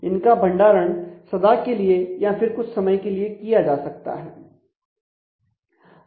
इनका भंडारण सदा के लिए या फिर कुछ समय के लिए किया जा सकता है